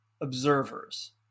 observers